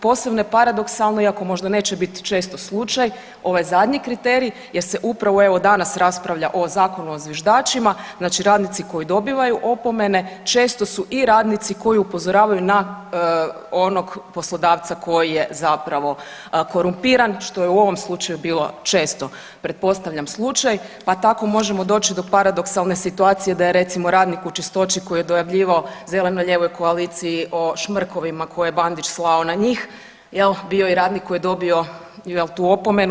Posebno je paradoksalno iako možda neće biti često slučaj ovaj zadnji kriterij jer se upravo evo danas raspravlja o Zakonu o zviždačima, znači radnici koji dobivaju opomene često su i radnici koji upozoravaju na onog poslodavca koji je zapravo korumpiran što je u ovom slučaju bilo često pretpostavljam slučaj, pa tako možemo doći do paradoksalne situacije da je recimo radnik u Čistoći koji je dojavljivao zeleno-lijevoj koaliciji o šmrkovima koje Bandić slao na njih jel bio i radnik koji je dobio jel tu opomenu.